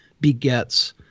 begets